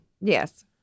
Yes